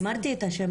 קרן, רצית לשאול.